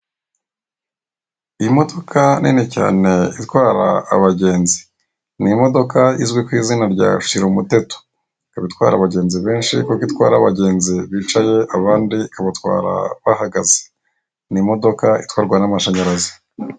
Imodoka nini cyane itwara abagenzi ni imodoka inzwi ku izina rya shira umuteto, ikaba itwara abagenzi benshi kuko itwara abagenzi bicaye abandi ikabatwara bahagaze, ni imodoka itwarwa n'amashanyarazi.